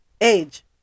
age